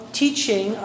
teaching